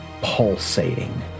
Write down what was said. pulsating